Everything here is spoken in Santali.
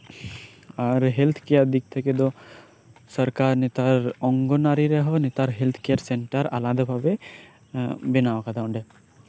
ᱟᱨ ᱦᱮᱞᱛᱷ ᱠᱮᱭᱟᱨ ᱫᱤᱠ ᱛᱷᱮᱠᱮ ᱫᱚ ᱥᱚᱨᱠᱟᱨ ᱱᱮᱛᱟᱨ ᱚᱝᱜᱚᱱᱳᱟᱲᱤ ᱨᱮᱦᱚᱸ ᱱᱮᱛᱟᱨ ᱦᱮᱞᱛᱷ ᱠᱮᱭᱟᱨ ᱥᱮᱱᱴᱟᱨ ᱟᱞᱟᱫᱟ ᱵᱷᱟᱵᱮ ᱵᱮᱱᱟᱣᱟ ᱠᱟᱫᱟ ᱚᱱᱰᱮ